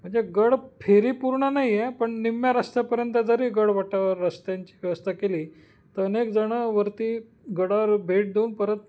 म्हणजे गड फेरी पूर्ण नाही आहे पण निम्म्या रस्त्यापर्यंत जरी गड वाटावर रस्त्यांची व्यवस्था केली तर अनेक जणं वरती गडावर भेट देऊन परत